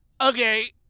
okay